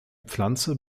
pflanze